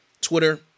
Twitter